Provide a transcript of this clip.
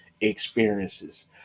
experiences